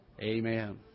Amen